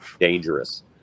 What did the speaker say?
dangerous